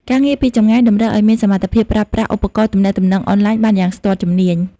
ការងារពីចម្ងាយតម្រូវឱ្យមានសមត្ថភាពប្រើប្រាស់ឧបករណ៍ទំនាក់ទំនងអនឡាញបានយ៉ាងស្ទាត់ជំនាញ។